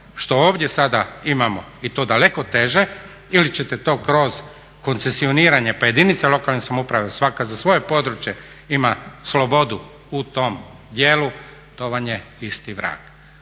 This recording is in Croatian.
što ovdje sada imamo i to daleko teže ili ćete to kroz koncesioniranje pa jedinice lokalne samouprave svaka za svoje područje ima slobodu u tom dijelu to vam je isti vrag.